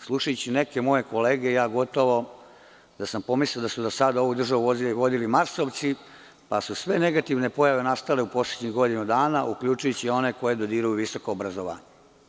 Slušajući neke moje kolege gotovo da sam pomislio da su sada ovu državu vodili marsovci, pa su sve negativne pojave nastale u poslednjih godinu dana, uključujući i one koji dodiruju visoko obrazovanje.